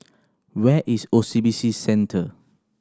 where is O C B C Centre